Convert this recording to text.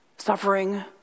Suffering